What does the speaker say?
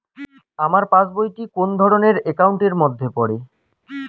আমার পাশ বই টি কোন ধরণের একাউন্ট এর মধ্যে পড়ে?